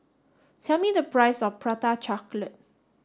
tell me the price of Prata chocolate